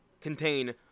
contain